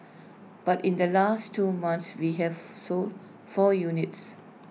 but in the last two months we have sold four units